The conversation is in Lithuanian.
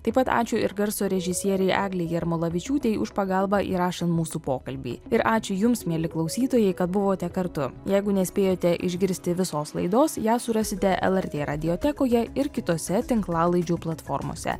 taip pat ačiū ir garso režisierei eglei jarmalavičiūtei už pagalbą įrašant mūsų pokalbį ir ačiū jums mieli klausytojai kad buvote kartu jeigu nespėjote išgirsti visos laidos ją surasite lrt radiotekoje ir kitose tinklalaidžių platformose